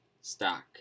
stock